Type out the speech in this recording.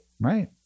Right